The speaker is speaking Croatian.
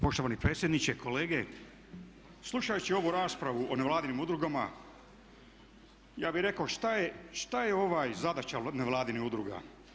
Poštovani predsjedniče, kolege slušajući ovu raspravu o nevladinim udrugama ja bih rekao što je zadaća ovih nevladinih udruga.